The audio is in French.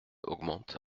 augmente